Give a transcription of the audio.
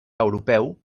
europeu